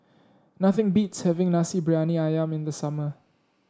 nothing beats having Nasi Briyani ayam in the summer